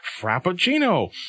Frappuccino